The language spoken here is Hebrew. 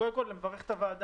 קודם כול אני מברך את הוועדה,